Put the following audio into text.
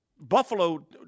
Buffalo